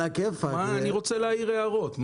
אני רוצה להעיר הערות.